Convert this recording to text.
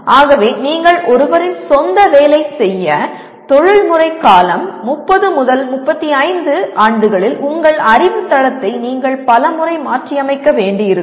ஆகவே நீங்கள் ஒருவரின் சொந்த வேலை செய்ய தொழில்முறை காலம் 30 35 ஆண்டுகளில் உங்கள் அறிவுத் தளத்தை நீங்கள் பல முறை மாற்றியமைக்க வேண்டியிருக்கும்